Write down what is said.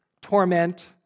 torment